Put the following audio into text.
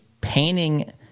painting